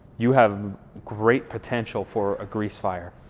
you have great potential for a grease fire.